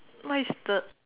what is the